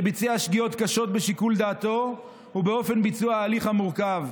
שביצע שגיאות קשות בשיקול דעתו ובאופן ביצוע ההליך המורכב.